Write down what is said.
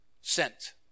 sent